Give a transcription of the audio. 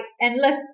endless